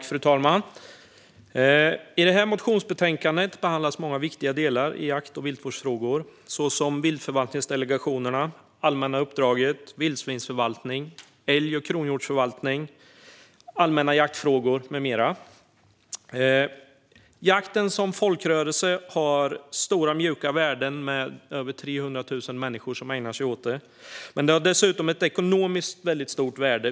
Fru talman! I det här motionsbetänkandet behandlas många viktiga jakt och viltvårdsfrågor, såsom viltförvaltningsdelegationerna, det allmänna uppdraget, vildsvinsförvaltning, älg och kronhjortsförvaltning, allmänna jaktfrågor med mera. Jakten som folkrörelse har stora mjuka värden, och det är över 300 000 människor som ägnar sig åt den. Den har dessutom ett stort ekonomiskt värde.